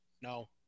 No